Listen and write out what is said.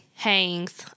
hangs